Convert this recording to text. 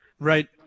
right